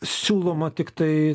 siūloma tiktai